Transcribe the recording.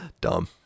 Dumb